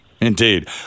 Indeed